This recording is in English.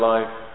Life